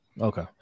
Okay